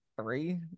three